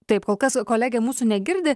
taip kol kas kolegė mūsų negirdi